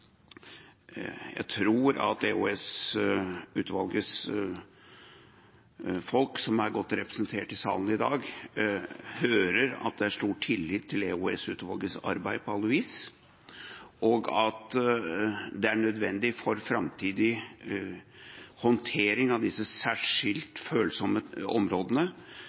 Jeg tror at EOS-utvalgets folk – som er godt representert i salen i dag – hører at det er stor tillit til EOS-utvalgets arbeid på alle vis, og at det er nødvendig for framtidig håndtering av disse særskilt følsomme områdene